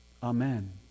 Amen